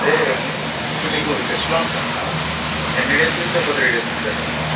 అదే కానీ ఇప్పుడు నీకు చెస్ట్లో వస్తుందా ఎన్ని డేస్ నుంచి ఒక త్రీ డేస్ నుంచి అంటున్నావా